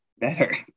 better